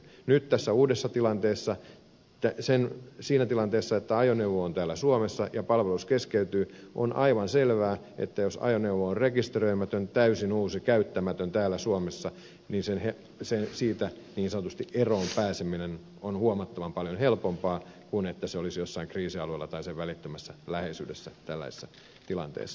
nyt tässä uudessa tilanteessa siinä tilanteessa että ajoneuvo on täällä suomessa ja palvelus keskeytyy on aivan selvää että jos ajoneuvo on rekisteröimätön täysin uusi käyttämätön täällä suomessa niin siitä niin sanotusti eroon pääseminen on huomattavan paljon helpompaa kuin jos se olisi jollain kriisialueella tai sen välittömässä läheisyydessä tällaisessa tilanteessa